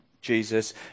Jesus